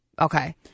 Okay